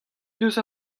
deus